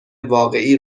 واقعی